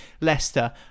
Leicester